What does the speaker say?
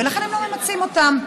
ולכן הם לא מנצלים אותן.